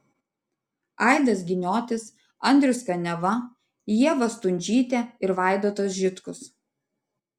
aidas giniotis andrius kaniava ieva stundžytė ir vaidotas žitkus